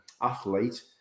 athlete